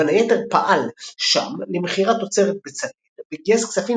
ובין היתר פעל שם למכירת תוצרת בצלאל וגייס כספים